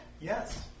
Yes